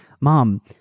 mom